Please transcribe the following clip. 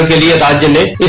da da da